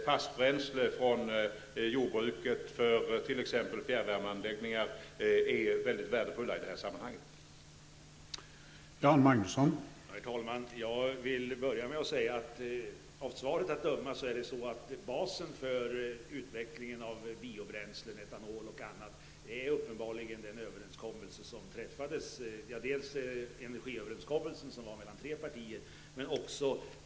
Fast bränsle från jordbruket för t.ex. fjärrvärmeanläggningar är i det här sammanhanget mycket värdefullt.